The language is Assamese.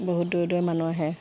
বহুত দূৰ দূৰৰ মানুহ আহে